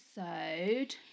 episode